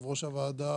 יו"ר הוועדה,